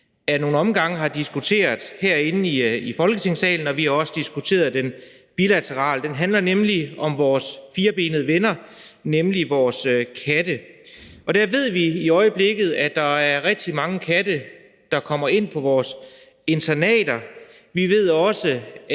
ad nogle omgange har diskuteret herinde i Folketingssalen, og vi har også diskuteret den bilateralt. Den handler nemlig om vores firbenede venner, om vores katte. Vi ved, at der i øjeblikket er rigtig mange katte, der kommer ind på vores internater. Vi ved også,